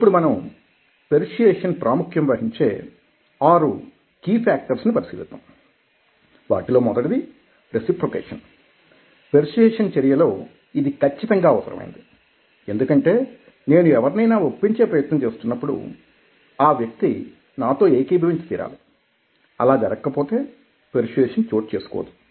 ఇప్పుడు మనం పెర్సుయేసన్ ప్రాముఖ్యం వహించే 6 కీ ఫేక్టర్స్ ని పరిశీలిద్దాం వాటిలో మొదటిది రెసిప్రొకేషన్ పెర్సుయేసన్ చర్యలో ఇది ఖచ్చితంగా అవసరమైనది ఎందుకంటే నేను ఎవరినైనా ఒప్పించే ప్రయత్నం చేస్తున్నప్పుడు ఆ వ్యక్తి నాతో ఏకీభవించి తీరాలి అలా జరగకపోతే పెర్సుయేసన్ చోటు చేసుకోదు